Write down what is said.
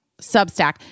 Substack